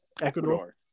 Ecuador